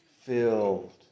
filled